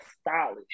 stylish